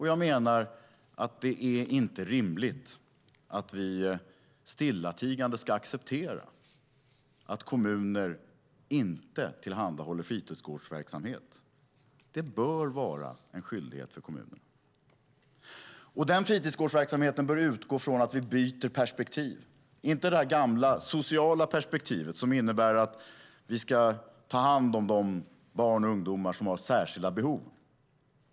Jag menar att det inte är rimligt att vi stillatigande ska acceptera att kommuner inte tillhandahåller fritidsgårdsverksamhet. Det bör vara en skyldighet för kommunerna. Den fritidsgårdsverksamheten bör utgå från att vi byter perspektiv, inte det där gamla sociala perspektivet som innebär att vi ska ta hand om de barn och ungdomar som har särskilda behov.